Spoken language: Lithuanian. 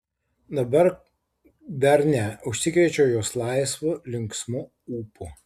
dabar dar ne užsikrėčiau jos laisvu linksmu ūpu